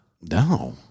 No